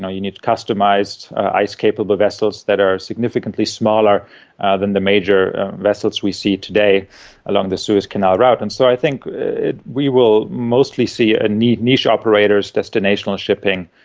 know, you need customised ice-capable vessels that are significantly smaller than the major vessels we see today along the suez canal route. and so i think we will mostly see ah niche operators' destinational shipping.